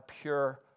pure